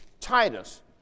Titus